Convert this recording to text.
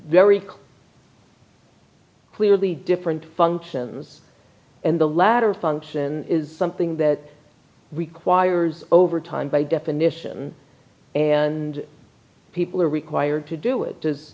clear clearly different functions and the latter function is something that requires overtime by definition and people are required to do it